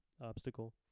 obstacle